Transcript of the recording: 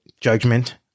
judgment